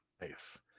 nice